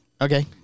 Okay